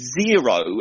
zero